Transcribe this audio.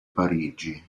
parigi